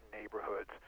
neighborhoods